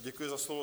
Děkuji za slovo.